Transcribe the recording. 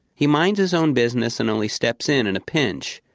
he minds his own business and only steps in in a pinch.